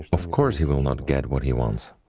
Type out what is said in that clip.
of course he will not get what he wants.